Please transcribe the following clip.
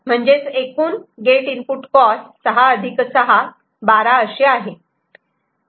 म्हणजेच एकूण gate input cost 6 6 12 अशी आहे